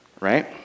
Right